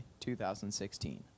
2016